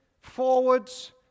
forwards